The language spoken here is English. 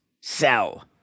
sell